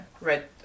red